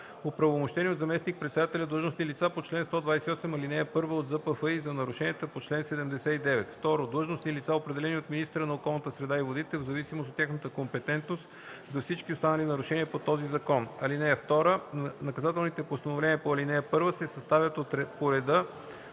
оправомощени от заместник-председателя длъжностни лица по чл. 128, ал. 1 от ЗПФИ – за нарушенията по чл. 79; 2. длъжностни лица, определени от министъра на околната среда и водите в зависимост от тяхната компетентност – за всички останали нарушения по този закон. (2) Наказателните постановления по ал. 1 се съставят по реда